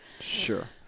Sure